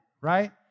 right